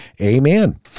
amen